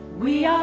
we